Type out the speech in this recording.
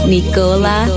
Nicola